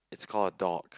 it's call a dog